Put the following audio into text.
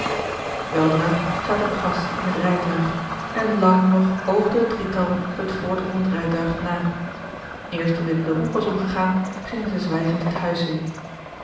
weldra zaten de gasten in het rijtuig en lang nog oogde het drietal het voortrollend rijtuig na eerst toen dit den hoek was omgegaan gingen zij zwijgend het huis in